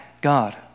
God